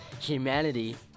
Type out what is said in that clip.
Humanity